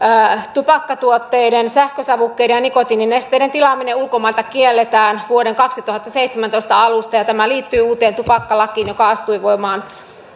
tupakkatuotteiden sähkösavukkeiden ja nikotiininesteiden tilaaminen ulkomailta kielletään vuoden kaksituhattaseitsemäntoista alusta ja tämä liittyy uuteen tupakkalakiin joka astui voimaan